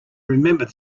remembered